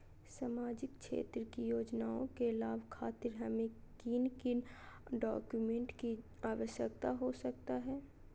सामाजिक क्षेत्र की योजनाओं के लाभ खातिर हमें किन किन डॉक्यूमेंट की आवश्यकता हो सकता है?